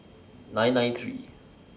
nine nine three